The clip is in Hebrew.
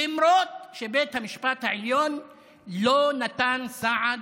למרות שבית המשפט העליון לא נתן סעד